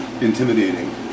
Intimidating